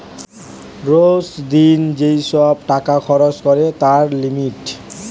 রোজ দিন যেই সব টাকা খরচ করে তার লিমিট